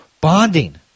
Bonding